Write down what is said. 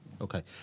Okay